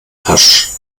pasch